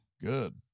Good